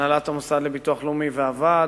הנהלת המוסד לביטוח לאומי והוועד,